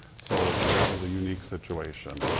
so that was a unique situation.